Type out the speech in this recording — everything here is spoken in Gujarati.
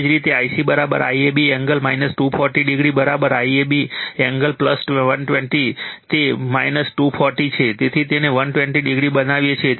એવી જ રીતે I C IAB angle 240o IAB angle 120o તે 240 છે તેથી તેને 120o બનાવીએ છીએ